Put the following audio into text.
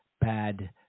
bad